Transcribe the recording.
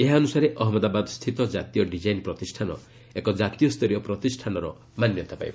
ଏହା ଅନୁସାରେ ଅହଜ୍ଞଦାବାଦ ସ୍ଥିତ କାତୀୟ ଡିକାଇନ୍ ପ୍ରତିଷ୍ଠାନ ଏକ ଜାତୀୟ ସ୍ତରୀୟ ପ୍ରତିଷ୍ଠାନର ମାନ୍ୟତା ପାଇବ